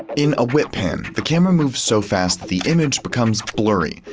in a whip pan, the camera moves so fast that the image becomes blurry.